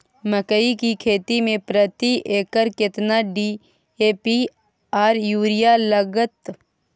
मकई की खेती में प्रति एकर केतना डी.ए.पी आर यूरिया लागत?